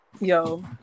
Yo